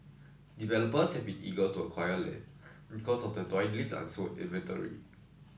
developers have been eager to acquire land because of the dwindling unsold inventory